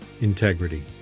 integrity